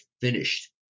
finished